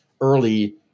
early